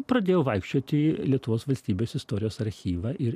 pradėjau vaikščiot į lietuvos valstybės istorijos archyvą ir